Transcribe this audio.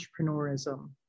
entrepreneurism